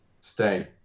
Stay